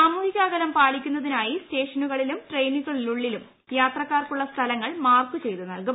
സാമൂഹിക അകലം പാലിക്കുന്നതിനായി സ്റ്റേഷനുകളിലും ട്രെയിനുള്ളിലും യാത്രക്കാർക്കുള്ള സ്ഥലങ്ങൾ മാർക്ക് ചെയ്ത് നൽകും